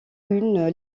une